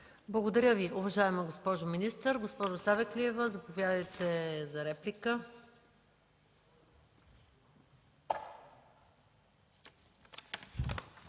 Благодаря Ви, уважаема госпожо министър. Госпожо Савеклиева, заповядайте за реплика.